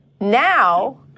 Now